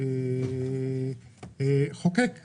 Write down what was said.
חוקק עבורנו.